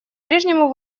прежнему